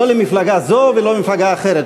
לא למפלגה זו ולא למפלגה אחרת,